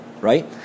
right